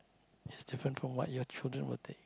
is different from what your children will take